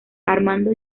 armando